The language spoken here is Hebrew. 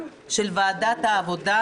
מקצועית ולא פוליטית,